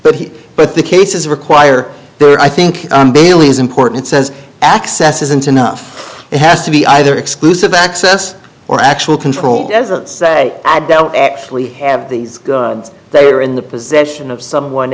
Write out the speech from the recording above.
but he but the cases require there i think bailey's important says access isn't enough it has to be either exclusive access or actual control doesn't say i don't actually have these they are in the possession of someone